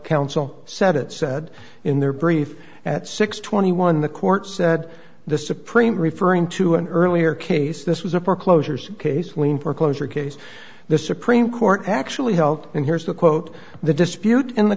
counsel said it said in their brief at six twenty one the court said the supreme referring to an earlier case this was a foreclosure some cases when foreclosure case the supreme court actually held and here's the quote the dispute in the